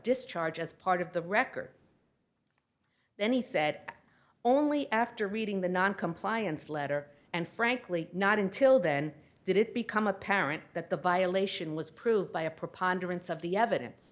discharge as part of the record then he said only after reading the noncompliance letter and frankly not until then did it become apparent that the violation was proved by a preponderance of the evidence